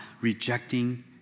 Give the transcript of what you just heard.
rejecting